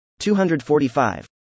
245